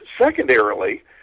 secondarily